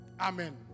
Amen